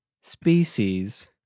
species